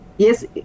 Yes